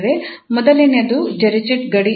ಮೊದಲನೆಯದು ಡಿರಿಚ್ಲೆಟ್ ಗಡಿ ಷರತ್ತು